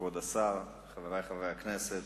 כבוד השר, חברי חברי הכנסת,